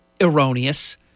erroneous